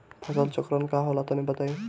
फसल चक्रण का होला तनि बताई?